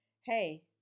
hey